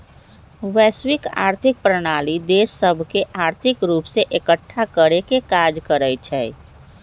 वैश्विक आर्थिक प्रणाली देश सभके आर्थिक रूप से एकठ्ठा करेके काज करइ छै